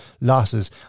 losses